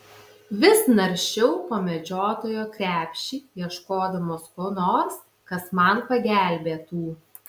vis naršiau po medžiotojo krepšį ieškodamas ko nors kas man pagelbėtų